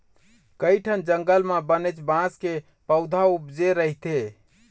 कइठन जंगल म बनेच बांस के पउथा उपजे रहिथे